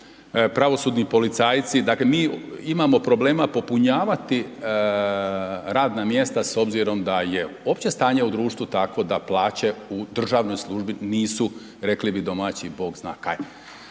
Pravosudni policajci, dakle mi imamo problema popunjavati radna mjesta s obzirom da je opće stanje u društvu tako da plaće u državnoj službi nisu rekli bi domaći „bog zna kaj“